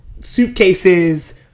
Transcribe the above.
suitcases